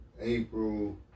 April